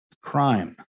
crime